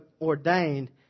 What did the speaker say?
ordained